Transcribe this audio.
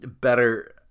better